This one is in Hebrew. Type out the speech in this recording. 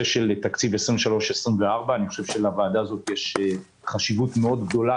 תקציב 2023 2024. אני חושב שלוועדה הזאת יש חשיבות גדולה מאוד,